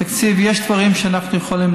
תקציב, המלצות.